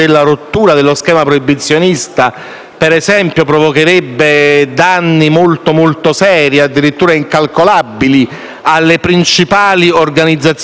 per esempio, provocherebbe danni molto molto seri, addirittura incalcolabili alle principali organizzazioni criminali di questo Paese.